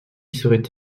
serait